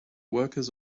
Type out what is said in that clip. workers